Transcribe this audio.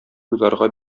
уйларга